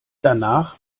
danach